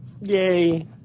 Yay